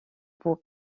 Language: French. pour